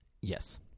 Yes